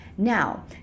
Now